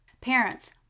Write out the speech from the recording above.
parents